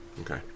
Okay